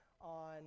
on